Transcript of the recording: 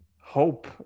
hope